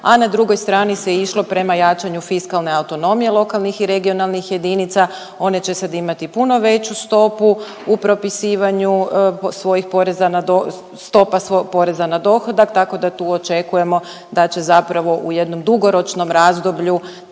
a na drugoj strani se išlo prema jačanju fiskalne autonomije lokalnih i regionalnih jedinica, one će sad imati puno veću stopu u propisivanju svojih poreza na, stopa poreza na dohodak, tako da tu očekujemo da će zapravo u jednom dugoročnom razdoblju